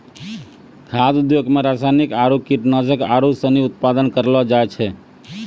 खाद्य उद्योग मे रासायनिक आरु कीटनाशक आरू सनी उत्पादन करलो जाय छै